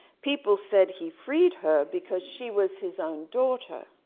people said he freed her because she was his own daughter.